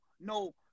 no